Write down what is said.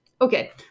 Okay